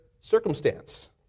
circumstance